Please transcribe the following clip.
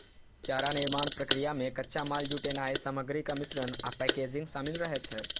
चारा निर्माण प्रक्रिया मे कच्चा माल जुटेनाय, सामग्रीक मिश्रण आ पैकेजिंग शामिल रहै छै